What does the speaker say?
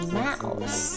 mouse